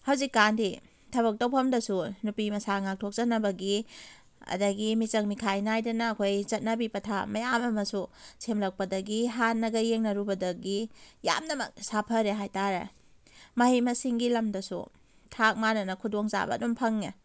ꯍꯧꯖꯤꯛꯀꯥꯟꯗꯤ ꯊꯕꯛ ꯇꯧꯐꯝꯗꯁꯨ ꯅꯨꯄꯤ ꯃꯁꯥ ꯉꯥꯛꯊꯣꯛꯆꯅꯕꯒꯤ ꯑꯗꯒꯤ ꯃꯤꯆꯪ ꯃꯤꯈꯥꯏ ꯅꯥꯏꯗꯅ ꯑꯩꯈꯣꯏ ꯆꯠꯅꯕꯤ ꯄꯊꯥꯞ ꯃꯌꯥꯝ ꯑꯃꯁꯨ ꯁꯦꯝꯂꯛꯄꯗꯒꯤ ꯍꯥꯟꯅꯒ ꯌꯦꯡꯅꯔꯨꯕꯗꯒꯤ ꯌꯥꯝꯅꯃꯛ ꯁꯥꯐꯔꯦ ꯍꯥꯏ ꯇꯥꯔꯦ ꯃꯍꯩ ꯃꯁꯤꯡꯒꯤ ꯂꯝꯗꯁꯨ ꯊꯥꯛ ꯃꯥꯅꯅ ꯈꯨꯗꯣꯡꯆꯥꯕ ꯑꯗꯨꯝ ꯐꯪꯉꯦ